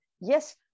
Yes